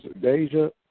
Deja